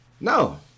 No